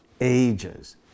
ages